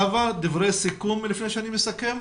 חוה, דברי סיכום לפני שאני מסכם.